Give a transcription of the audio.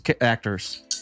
actors